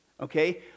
Okay